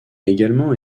également